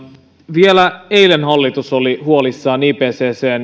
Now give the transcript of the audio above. vielä eilen hallitus oli huolissaan ipccn